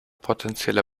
potenzielle